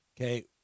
Okay